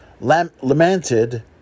Lamented